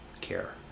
care